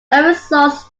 results